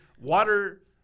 water